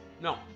No